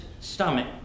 stomach